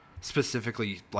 specifically